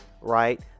right